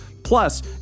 Plus